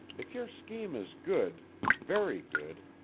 if your scheme is good very good,